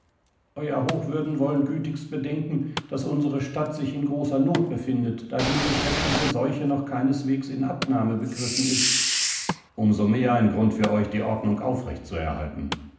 euer hochwürden wollen gütigst bedenken daß unsere stadt sich in großer not befindet da diese schreckliche seuche noch keineswegs in abnahme begriffen ist umsomehr grund für euch die ordnung aufrecht zu erhalten